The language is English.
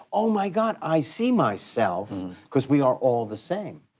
oh my god, i see myself cause we are all the same.